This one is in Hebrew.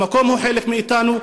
המקום הוא חלק מאיתנו,